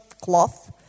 cloth